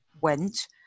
went